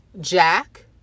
Jack